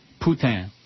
Poutine